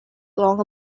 longer